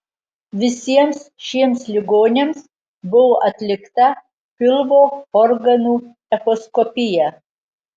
visiems šiems ligoniams buvo atlikta pilvo organų echoskopija